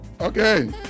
Okay